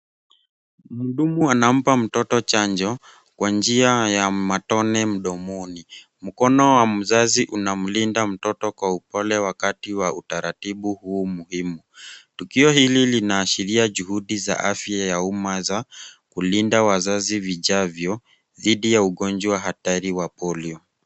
Mhudumu anampa mtoto chanjo kwa njia ya matone mdomoni. Mkono wa mzazi unamlinda mtoto kwa upole wakati wa utaratibu huu muhimu. Tukio hili linaashiria juhudi za afya ya umma za kulinda wazazi vijavyo dhidi ya ugonjwa hatari wa Polio.